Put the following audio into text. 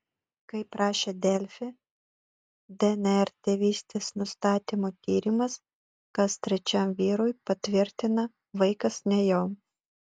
kaip rašė delfi dnr tėvystės nustatymo tyrimas kas trečiam vyrui patvirtina vaikas ne jo